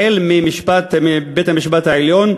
החל בבית-המשפט העליון,